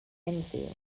enfield